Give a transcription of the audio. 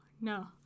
no